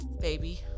baby